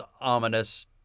ominous